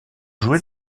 jouer